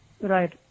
Right